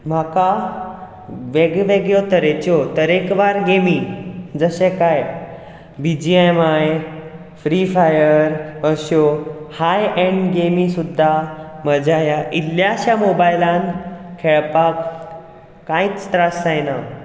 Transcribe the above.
म्हाका वेगळे वेगळ्या तरेच्यो तरेकवार गेमी जशे कांय B G M I Free Fire अश्यो हाय एण्ड गेमी सुद्दां म्हज्या ह्या इल्ल्याशा मोबायलान खेळपाक कांयच त्रास जायना